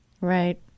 Right